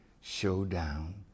showdown